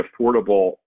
affordable